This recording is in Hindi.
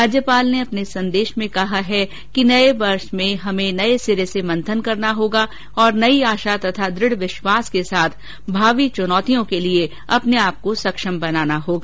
राज्यपाल ने अपने संदेश में कहा है कि नये वर्ष में हमें नये सिरे से मंथन करना होगा और नई आशा और दृढ विश्वास के साथ भावी चुनौतियों के लिए अपने आपको सक्षम बनाना होगा